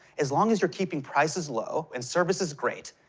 as long as you're keeping prices low and services great,